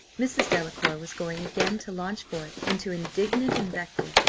mrs. delacour was going again to launch forth into indignant invective,